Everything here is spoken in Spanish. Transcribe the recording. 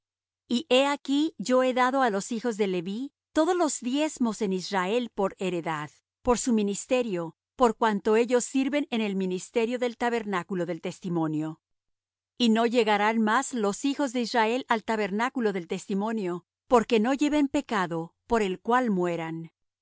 y he aquí yo he dado á los hijos de leví todos los diezmos en israel por heredad por su ministerio por cuanto ellos sirven en el ministerio del tabernáculo del testimonio y no llegarán más los hijos de israel al tabernáculo del testimonio porque no lleven pecado por el cual mueran